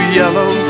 yellow